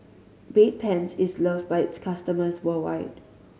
Bedpans is loved by its customers worldwide